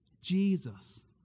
Jesus